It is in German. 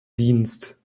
dienst